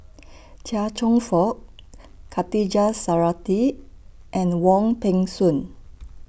Chia Cheong Fook Khatijah Surattee and Wong Peng Soon